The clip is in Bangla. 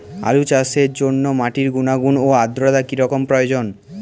আলু চাষের জন্য মাটির গুণাগুণ ও আদ্রতা কী রকম প্রয়োজন?